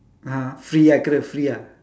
(uh huh) free ah correct free ah